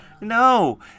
no